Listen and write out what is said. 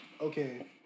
Okay